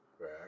Right